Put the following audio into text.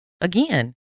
Again